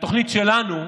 לתוכנית שלנו,